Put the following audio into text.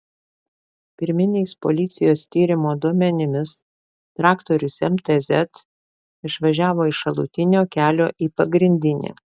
pirminiais policijos tyrimo duomenimis traktorius mtz išvažiavo iš šalutinio kelio į pagrindinį